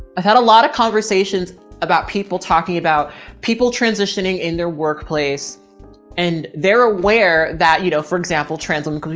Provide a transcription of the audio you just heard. i've had a lot of conversations about people talking about people transitioning in their workplace and they're aware that, you know, for example, trans um women,